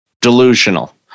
delusional